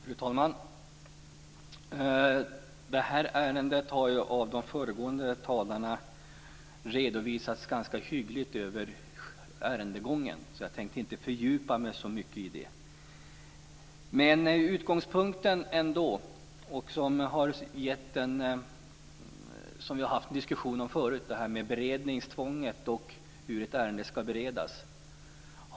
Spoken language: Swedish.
Fru talman! I detta ärendet har föregående talare ganska hyggligt redovisat för ärendegången. Jag tänkte inte fördjupa mig så mycket i det. Vi har förut haft en diskussion om beredningstvånget och hur ett ärende skall beredas.